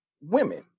women